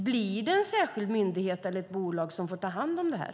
Blir det en särskild myndighet eller ett bolag som får ta hand om det här?